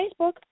Facebook